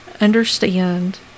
understand